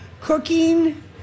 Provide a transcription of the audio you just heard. cooking